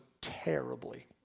terribly